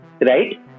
Right